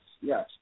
Yes